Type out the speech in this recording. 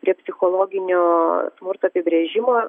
prie psichologinio smurto apibrėžimo